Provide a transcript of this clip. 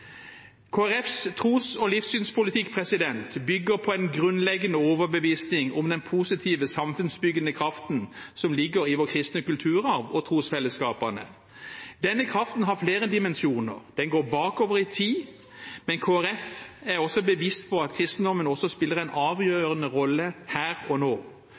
tros- og livssynspolitikk bygger på en grunnleggende overbevisning om den positive samfunnsbyggende kraften som ligger i vår kristne kulturarv og trosfellesskapene. Denne kraften har flere dimensjoner, den går bakover i tid, men Kristelig Folkeparti er også bevisst på at kristendommen også spiller en avgjørende rolle her og nå,